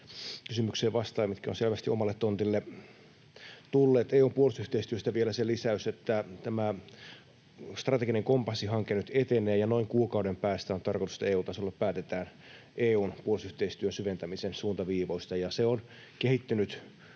kysymykseen vastaan, mitkä ovat selvästi omalle tontille tulleet. EU:n puolustusyhteistyöstä vielä se lisäys, että tämä strateginen kompassi ‑hanke nyt etenee ja noin kuukauden päästä on tarkoitus, että EU-tasolla päätetään EU:n puolustusyhteistyön syventämisen suuntaviivoista, ja se on kehittynyt